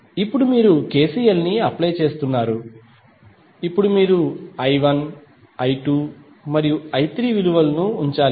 ఇప్పుడు మీరు KCL ను అప్లై చేసుకున్నారు ఇప్పుడు మీరుI1 I2మరియు I3విలువను ఉంచాలి